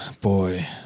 Boy